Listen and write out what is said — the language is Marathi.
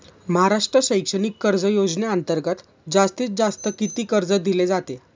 महाराष्ट्र शैक्षणिक कर्ज योजनेअंतर्गत जास्तीत जास्त किती कर्ज दिले जाते?